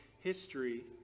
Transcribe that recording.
history